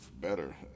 better